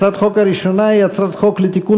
הצעת החוק הראשונה היא הצעת חוק לתיקון